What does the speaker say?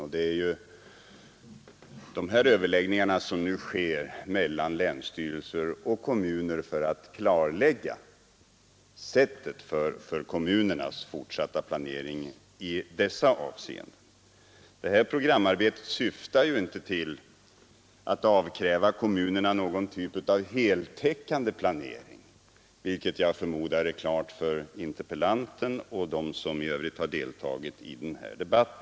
Det pågår nu överläggningar mellan länsstyrelser och kommuner för att klarlägga sättet för kommunernas fortsatta planering i dessa avseenden. Programarbetet syftar inte till att avkräva kommunerna någon typ av heltäckande plan, och det förmodar jag står klart för både interpellanten och de övriga talare som har deltagit i denna debatt.